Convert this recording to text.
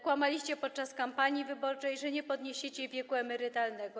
Kłamaliście podczas kampanii wyborczej, że nie podniesiecie wieku emerytalnego.